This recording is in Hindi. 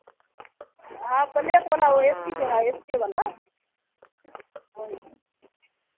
हाँ ब्लैक वाला वो ए सी जो है ए सी वाला वही